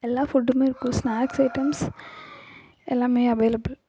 எல்லா ஃபுட்டுமே இருக்கும் ஸ்னாக்ஸ் ஐட்டம்ஸ் எல்லாமே அவைலபிள்